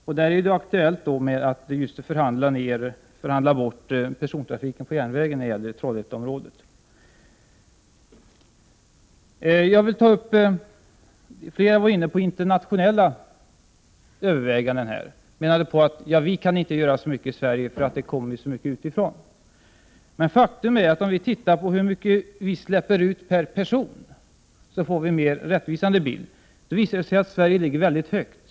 När det gäller Trollhätteområdet är det aktuellt att förhandla bort persontrafiken på järnvägen. Flera talare har varit inne på internationella överväganden. De menar att Sverige inte kan göra så mycket, eftersom det kommer så mycket utifrån. Faktum är att om vi ser på hur mycket vi släpper ut per person får vi en mer rättvisande bild. Det visar sig att Sverige ligger mycket högt.